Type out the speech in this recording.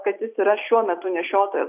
kad jis yra šiuo metu nešiotojas